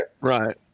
Right